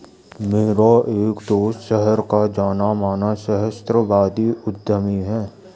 मेरा एक दोस्त शहर का जाना माना सहस्त्राब्दी उद्यमी है